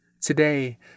Today